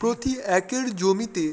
প্রতি একর জমিতে